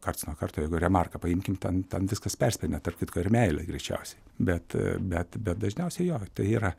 karts nuo karto jeigu remarką paimkim ten ten viskas persipina tarp kitko ir meilė greičiausiai bet bet bet dažniausiai jo tai yra